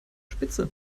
spitze